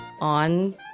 on